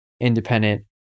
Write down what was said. independent